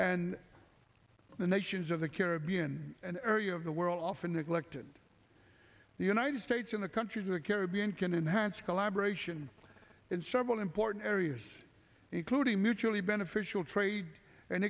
and the nations of the caribbean an area of the world often neglected the united states and the countries of the caribbean can enhance collaboration in several important areas including mutually beneficial trade and